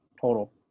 total